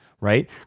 Right